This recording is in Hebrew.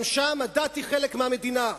גם שם הדת היא חלק מהמדינה,